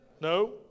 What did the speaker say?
No